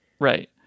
Right